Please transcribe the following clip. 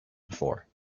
before